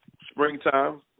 springtime